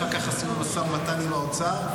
אחר כך עשינו משא ומתן עם האוצר.